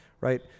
right